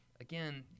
again